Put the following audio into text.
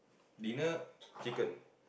dinner chicken